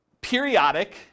periodic